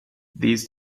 these